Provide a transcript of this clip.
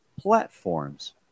platforms